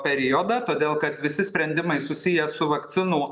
periodą todėl kad visi sprendimai susiję su vakcinų